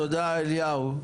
תודה אליהו.